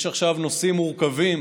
יש עכשיו נושאים מורכבים